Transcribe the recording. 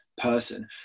person